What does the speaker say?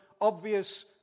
obvious